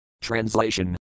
Translation